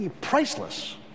priceless